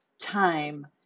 time